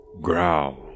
growl